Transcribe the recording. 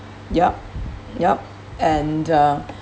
yup yup and uh